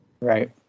Right